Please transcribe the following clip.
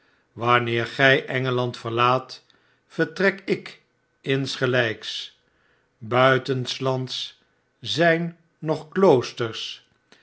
wanneer gij engeland verlaat vertrek ik insgelijks buitenslands zijn nog kloosters